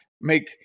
make